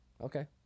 Okay